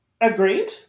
Agreed